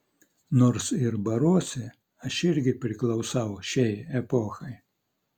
nors ir baruosi aš irgi priklausau šiai epochai